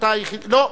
לא,